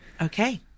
Okay